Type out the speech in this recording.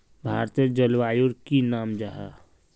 भारतेर जलवायुर की नाम जाहा?